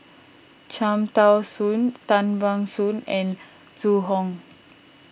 Cham Tao Soon Tan Ban Soon and Zhu Hong